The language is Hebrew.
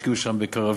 השקיעו שם בקרווילות